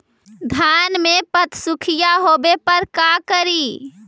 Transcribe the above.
धान मे पत्सुखीया होबे पर का करि?